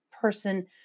person